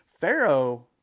Pharaoh